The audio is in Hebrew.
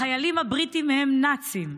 החיילים הבריטים הם נאצים.